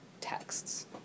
texts